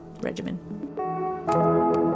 regimen